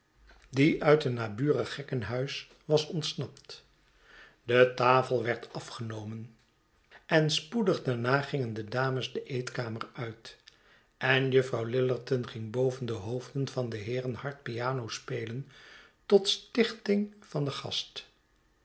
uit een naburig gekkenhuis was ontsnapt de tafel werd afgenomen en spoedig daarna gingen de dames de eetkamer uit en juffrouw lillerton ging boven de hoofden van de heeren hard piano spelen tot stichting van den gast